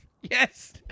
Yes